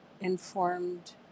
informed